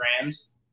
Rams